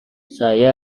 saya